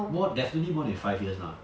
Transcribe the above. more definitely more than five years lah